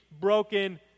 broken